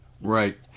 right